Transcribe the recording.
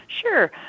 Sure